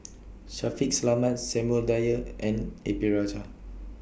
Shaffiq Selamat Samuel Dyer and A P Rajah